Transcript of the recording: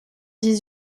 dix